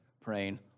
praying